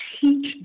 teach